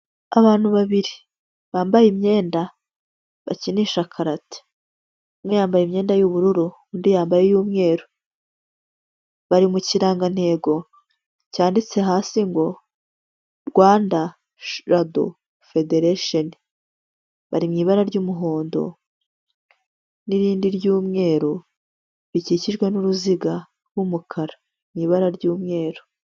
Abantu babiri bambaye imyenda bakinisha karate. Umwe yambaye imyenda y'ubururu undi yambaye iy'umweru. Bari mu kirangantego cyanditseho hasi ngo Rwanda judo federation. Bari mu ibara ry'umuhondo n'irindi ry'umweru bikikijwe n'uruziga rw'umukara mu ibara ry'umweru.